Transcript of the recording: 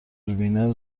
وینر